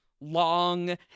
long